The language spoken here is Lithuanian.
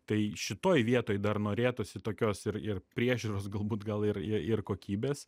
tai šitoj vietoj dar norėtųsi tokios ir ir priežiūros galbūt gal ir ir kokybės